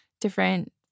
different